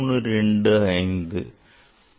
இங்கே 5 உள்ளது